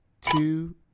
two